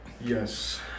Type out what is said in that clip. Yes